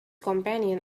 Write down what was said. companion